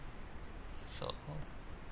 so